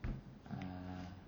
uh